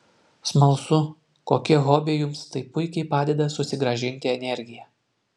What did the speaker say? smalsu kokie hobiai jums taip puikiai padeda susigrąžinti energiją